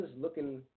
looking